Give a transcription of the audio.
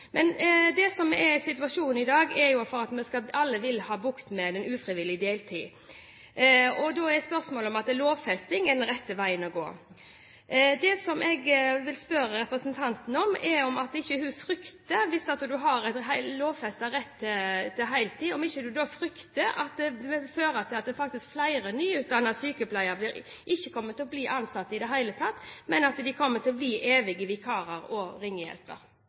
men det skulle gis litt mer vern. Jeg lurer litt på hva som ligger i det. Situasjonen i dag er jo at vi alle vil ha bukt med ufrivillig deltid. Spørsmålet er om lovfesting er den rette veien å gå. Det jeg vil spørre representanten om, er om hun ikke frykter at hvis en har en lovfestet rett til heltid, vil det føre til at flere nyutdannede sykepleiere ikke kommer til å bli ansatt i det hele tatt, men kommer til å bli evige vikarer og ringehjelper?